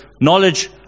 knowledge